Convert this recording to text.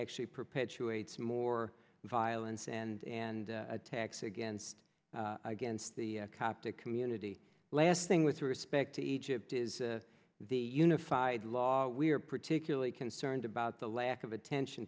actually perpetuates more violence and and attacks against against the coptic community last thing with respect to egypt is the unified law we're particularly concerned about the lack of attention